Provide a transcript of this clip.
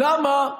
למה?